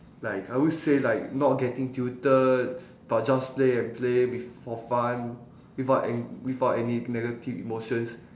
like I would say like not getting tilted but just play and play with for fun without any without any negative emotions